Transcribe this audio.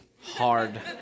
Hard